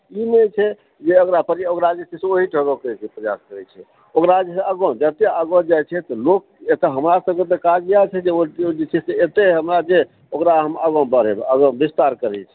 ई नहि छै जे ओकरा जे छै से ओहिठाम रखैके प्रयास करै छै ओकरा जे छै से आगाँ जते आगाँ लएके जाइ छै लोक हमरा सभकेँ एतऽ काजे इएह छै जे केओ जे छै से एतै हमरा जे हम आगाँ बढ़ेबै आगाँ विस्तार करै छी